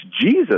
Jesus